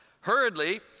Hurriedly